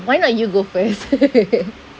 why not you go first